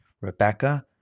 Rebecca